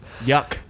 Yuck